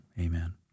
Amen